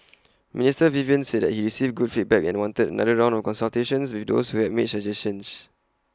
Mister Vivian said that he received good feedback and wanted another round of consultations with those who had made suggestions